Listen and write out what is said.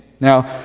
Now